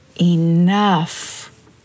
enough